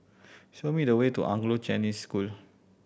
show me the way to Anglo Chinese School